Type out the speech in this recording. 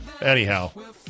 Anyhow